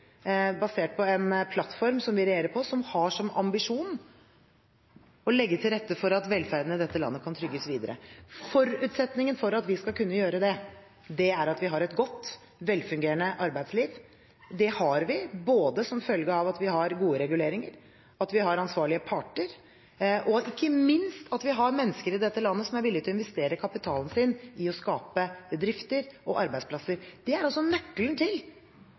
basert på en plattform som vi regjerer på, som har som ambisjon å legge til rette for at velferden i dette landet kan trygges videre. Forutsetningen for at vi skal kunne gjøre det, er at vi har et godt, velfungerende arbeidsliv. Og det har vi, både som følge av at vi har gode reguleringer, at vi har ansvarlige parter, og ikke minst at vi har mennesker i dette landet som er villige til å investere kapitalen sin i å skape bedrifter og arbeidsplasser. Det er nøkkelen til